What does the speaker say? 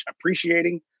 appreciating